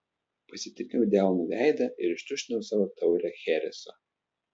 pasitryniau delnu veidą ir ištuštinau savo taurę chereso